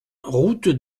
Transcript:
route